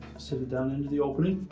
sit it down into the opening.